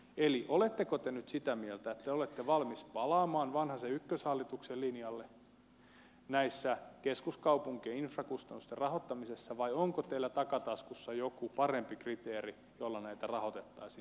eli oletteko te nyt sitä mieltä että te olette valmiita palaamaan vanhasen ykköshallituksen linjalle näiden keskuskaupunkien infrakustannusten rahoittamisessa vai onko teillä takataskussa joku parempi kriteeri jolla näitä rahoitettaisiin